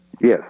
yes